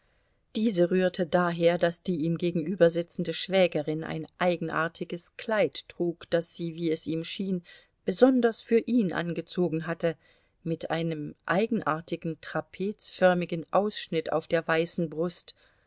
diese rührte daher daß die ihm gegenübersitzende schwägerin ein eigenartiges kleid trug das sie wie es ihm schien besonders für ihn angezogen hatte mit einem eigenartigen trapezförmigen ausschnitt auf der weißen brust